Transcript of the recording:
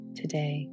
today